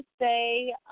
say